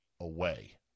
away